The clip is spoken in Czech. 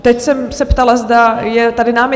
Teď jsem se ptala, zda je tady námitek.